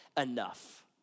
Enough